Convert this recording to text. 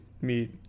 meet